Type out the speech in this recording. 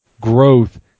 growth